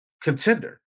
contender